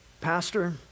Pastor